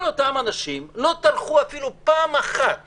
כל אותם אנשים לא טרחו אפילו פעם אחת